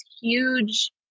huge